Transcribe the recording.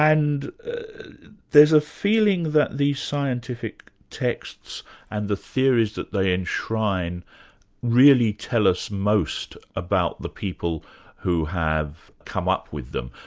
and there's a feeling that these scientific texts and the theories that they enshrine really tell us most about the people who have come up with them.